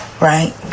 right